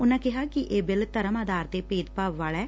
ਉਨੂਂ ਕਿਹਾ ਕਿ ਇਹ ਬਿੱਲ ਧਰਮ ਆਧਾਰ ਤੇ ਭੇਦਭਾਵ ਵਾਲਾ ਐ